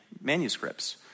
manuscripts